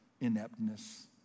ineptness